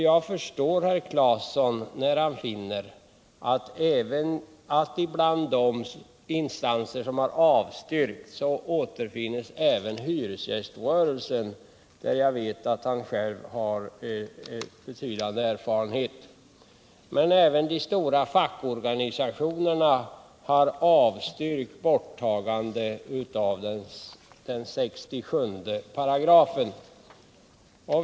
Jag förstår herr Claesons känslor, när han finner att bland de instanser som har avstyrkt motionen återfinns även hyresgäströrelsen, från vilken jag vet att han själv har betydande erfarenhet. Men även de stora fackorganisationerna har avstyrkt borttagande av 67 §.